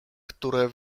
które